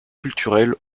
culturelles